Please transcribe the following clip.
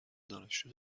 دانشجو